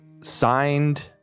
signed